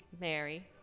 Mary